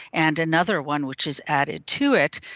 and another one which is added to it.